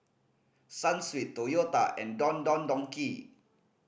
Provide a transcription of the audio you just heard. Sunsweet Toyota and Don Don Donki